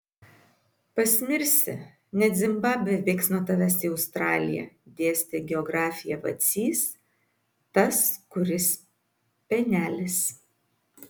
pasmirsi net zimbabvė bėgs nuo tavęs į australiją dėstė geografiją vacys tas kuris penelis